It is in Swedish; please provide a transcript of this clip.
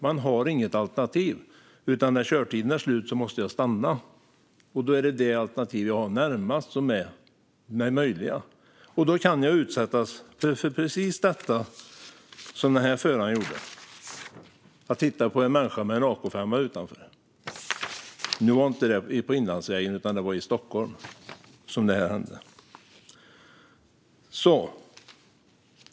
Jag har inget alternativ, utan när körtiden är slut måste jag stanna, och då är det alternativet som jag har närmast som är möjligt. Då kan jag utsättas för precis det som föraren gjorde som såg en människa med en AK5:a utanför bilen. Det hände inte på Inlandsvägen utan i Stockholm.